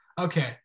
Okay